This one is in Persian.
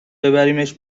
ببریمش